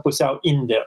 pusiau indė